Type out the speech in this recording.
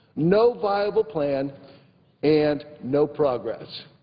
no viable plan and no progress.